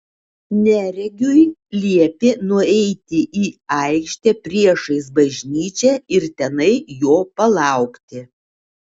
neregiui liepė nueiti į aikštę priešais bažnyčią ir tenai jo palaukti